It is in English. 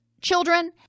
children